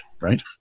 right